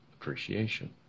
appreciation